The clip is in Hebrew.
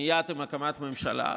מייד עם הקמת הממשלה,